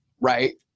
right